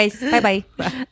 Bye-bye